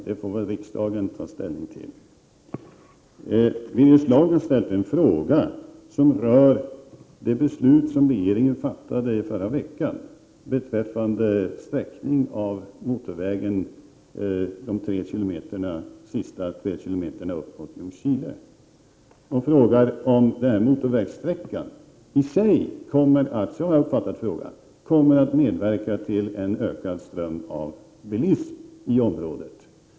Det får riksdagen ta ställning till. Birger Schlaug har ställt en fråga som rör det beslut som regeringen fattade förra veckan beträffande motorvägens sträckning de tre sista kilometrarna norr ut mot Ljungskile. Som jag har uppfattat frågan undrar Birger Schlaug om denna motorvägssträcka i sig kommer att leda till en ökad ström av bilar i området.